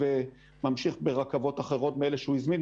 וממשיך ברכבות אחרות מאלה שהוא הזמין,